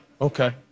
Okay